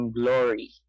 glory